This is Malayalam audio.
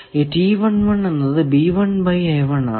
ഈ എന്നത് ആണ്